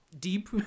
deep